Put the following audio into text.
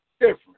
different